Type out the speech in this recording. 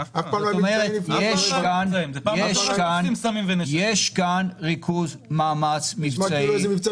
זאת אומרת שיש כאן ------ אף פעם לא